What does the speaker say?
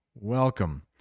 welcome